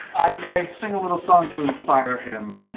i sing a little song to inspire him.